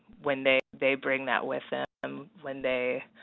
when they they bring that with them um when they